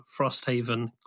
Frosthaven